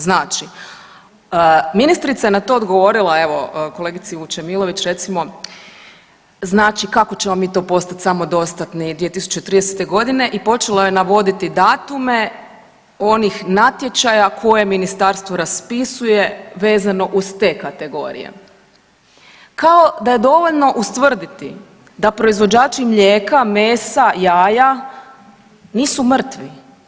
Znači, ministrica je na to odgovorila evo kolegici Vučemilović recimo znači kako ćemo mi to početi samodostatni 2030. godine i počela je navoditi datume onih natječaja koje ministarstvo raspisuje vezano uz te kategorije kao da je dovoljno ustvrditi da proizvođači mlijeka, mesa, jaja nisu mrtvi.